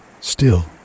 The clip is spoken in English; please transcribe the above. Still